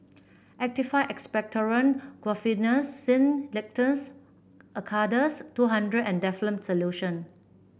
Actified Expectorant Guaiphenesin Linctus Acardust two hundred and Difflam Solution